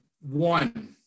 One